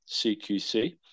CQC